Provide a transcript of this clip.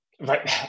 right